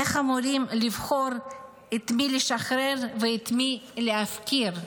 איך אמורים לבחור את מי לשחרר ואת מי להפקיר?